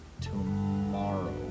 tomorrow